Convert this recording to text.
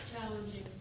Challenging